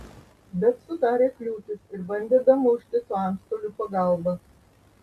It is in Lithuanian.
bet sudarė kliūtis ir bandė damušti su antstolių pagalba